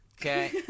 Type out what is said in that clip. Okay